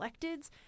electeds